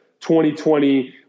2020